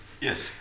Yes